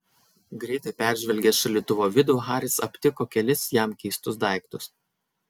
greitai peržvelgęs šaldytuvo vidų haris aptiko kelis jam keistus daiktus